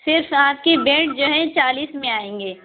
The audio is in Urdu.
صرف آپ کی بیڈ جو ہے چالیس میں آئیں گے